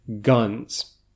guns